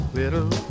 little